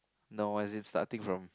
no as in starting from